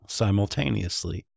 simultaneously